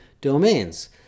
domains